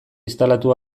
instalatu